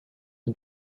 him